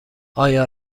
آیا